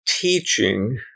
teaching